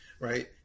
right